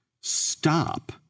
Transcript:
stop